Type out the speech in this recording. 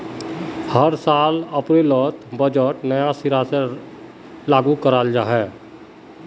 हर साल अप्रैलोत बजटोक नया सिरा से लागू कराल जहा